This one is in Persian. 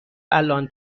الان